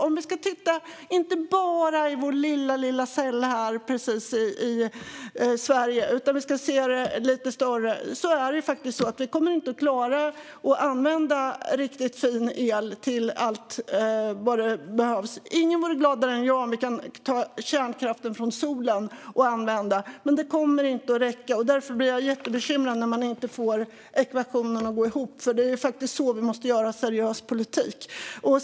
Om vi inte bara ska titta i vår lilla cell i Sverige utan se det lite större är det faktiskt så att vi inte kommer att klara att använda riktigt fin el till allt som behövs. Ingen vore gladare än jag om vi kan ta kärnkraften från solen och använda den, men den kommer inte att räcka. Därför blir jag jättebekymrad när man inte får ekvationen att gå ihop. Det är faktiskt så vi måste göra seriös politik.